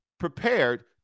prepared